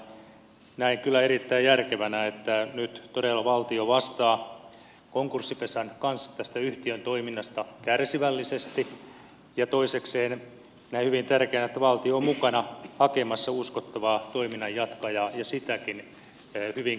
näen kyllä erittäin järkevänä että nyt todella valtio vastaa konkurssipesän kanssa tästä yhtiön toiminnasta kärsivällisesti ja toisekseen näen hyvin tärkeänä että valtio on mukana hakemassa uskottavaa toiminnan jatkajaa ja sitäkin hyvin kärsivällisesti